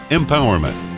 empowerment